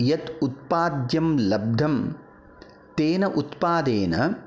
यत् उत्पाद्यं लब्धं तेन उत्पादेन